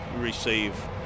receive